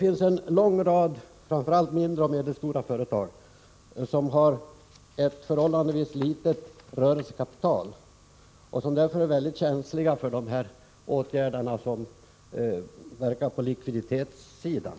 Åtskilliga framför allt mindre och medelstora företag har ett förhållandevis litet rörelsekapital och är därför väldigt känsliga för de åtgärder som verkar på likviditetssidan.